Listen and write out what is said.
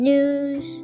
News